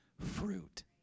fruit